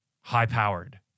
high-powered